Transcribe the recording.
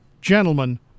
gentlemen